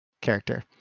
character